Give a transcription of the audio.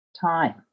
time